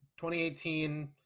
2018